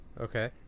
Okay